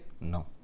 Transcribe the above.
No